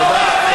תודה.